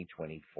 2024